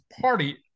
Party